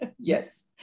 Yes